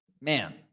Man